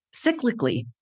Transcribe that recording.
cyclically